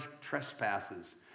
trespasses